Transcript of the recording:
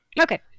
Okay